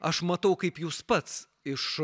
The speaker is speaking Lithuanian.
aš matau kaip jūs pats iš